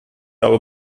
habe